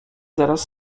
zaraz